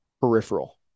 peripheral